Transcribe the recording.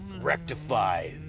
rectify